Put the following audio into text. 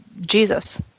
Jesus